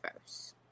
first